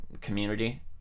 community